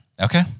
Okay